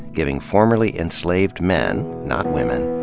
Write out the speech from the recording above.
giving formerly enslaved men, not women,